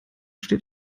steht